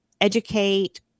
educate